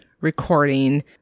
recording